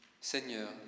Seigneur